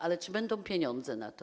Ale czy będą pieniądze na to?